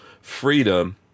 freedom